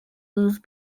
lose